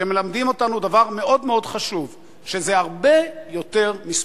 שמלמדים אותנו דבר מאוד חשוב: שזה הרבה יותר מספורט.